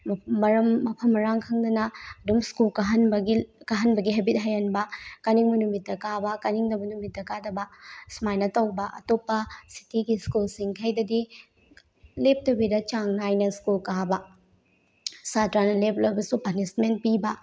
ꯃꯔꯝ ꯃꯐꯝ ꯃꯔꯥꯡ ꯈꯪꯗꯅ ꯑꯗꯨꯝ ꯁ꯭ꯀꯨꯜ ꯀꯍꯥꯟꯕꯒꯤ ꯍꯦꯕꯤꯠ ꯍꯩꯍꯟꯕ ꯀꯥꯅꯤꯡꯕ ꯅꯨꯃꯤꯠꯇ ꯀꯥꯕ ꯀꯥꯅꯤꯡꯗꯕ ꯅꯨꯃꯤꯠꯇ ꯀꯥꯗꯕ ꯁꯨꯃꯥꯏꯅ ꯇꯧꯕ ꯑꯇꯣꯞꯄ ꯁꯤꯇꯤꯒꯤ ꯁ꯭ꯀꯨꯜꯁꯤꯡꯈꯩꯗꯗꯤ ꯂꯦꯞꯇꯕꯤꯗ ꯆꯥꯡ ꯅꯥꯏꯅ ꯁ꯭ꯀꯨꯜ ꯀꯥꯕ ꯁꯥꯠꯇ꯭ꯔꯅ ꯂꯦꯞꯂꯕꯁꯨ ꯄꯅꯤꯁꯃꯦꯟ ꯄꯤꯕ